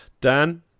Dan